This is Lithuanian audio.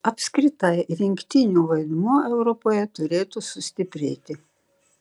apskritai rinktinių vaidmuo europoje turėtų sustiprėti